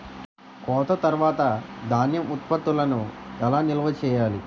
కోత తర్వాత ధాన్యం ఉత్పత్తులను ఎలా నిల్వ చేయాలి?